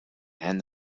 and